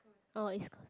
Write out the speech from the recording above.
oh it's called